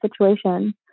situation